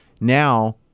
now